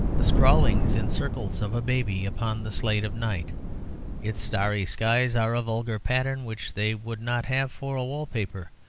the scrawlings in circles of a baby upon the slate of night its starry skies are a vulgar pattern which they would not have for a wallpaper,